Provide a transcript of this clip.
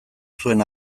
zuen